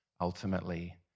ultimately